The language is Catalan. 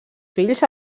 fills